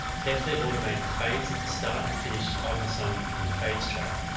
carefully automate the fades at the start and finish of the song on the fades track.